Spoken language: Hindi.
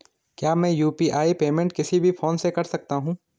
क्या मैं यु.पी.आई पेमेंट किसी भी फोन से कर सकता हूँ?